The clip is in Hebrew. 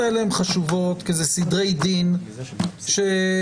אבל השאלה איזה מערכת באמת מגבשת ומסייעת לחייב